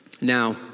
Now